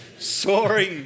Soaring